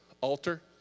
altar